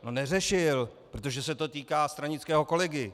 No neřešil, protože se to týká stranického kolegy.